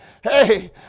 hey